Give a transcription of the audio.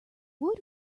would